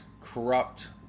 corrupt